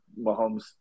mahomes